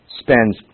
spends